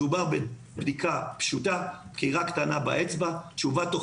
מדובר בבדיקה פשוטה דקירה קטנה באצבע תשובה בתוך